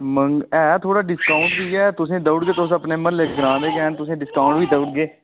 आं है थोह्ड़ा डिस्काउंट बी ऐ तुस अपने म्हल्ले दे गै न तुसें ई डिस्काउंट बी देई ओड़गे